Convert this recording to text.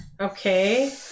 Okay